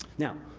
now,